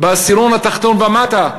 בעשירון התחתון ומטה,